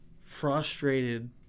frustrated